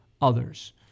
others